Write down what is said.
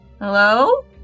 Hello